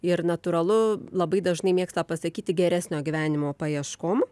ir natūralu labai dažnai mėgsta pasakyti geresnio gyvenimo paieškom